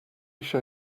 show